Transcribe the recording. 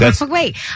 wait